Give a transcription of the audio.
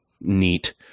neat